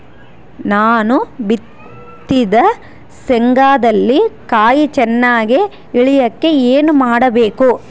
ನಾನು ಬಿತ್ತಿದ ಶೇಂಗಾದಲ್ಲಿ ಕಾಯಿ ಚನ್ನಾಗಿ ಇಳಿಯಕ ಏನು ಮಾಡಬೇಕು?